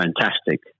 fantastic